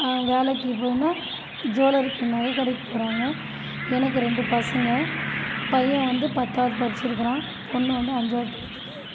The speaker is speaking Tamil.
அவங்க வேலைக்கு போனால் ஜுவல்லரிக்கு நகைக்கடைக்கு போகிறாங்க எனக்கு ரெண்டு பசங்க பையன் வந்து பத்தாவது படிச்சிருக்கிறான் பொண்ணு வந்து அஞ்சாவது படிக்குது